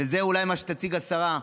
וזה אולי מה שתציג השרה,